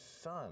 Son